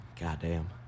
Goddamn